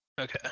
Okay